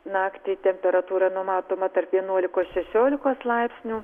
naktį temperatūra numatoma tarp vienuolikos šešiolikos laipsnių